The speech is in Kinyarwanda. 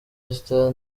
esther